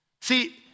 See